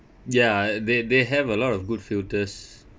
ya they they have a lot of good filters